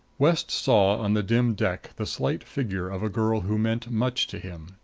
west saw on the dim deck the slight figure of a girl who meant much to him.